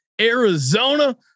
Arizona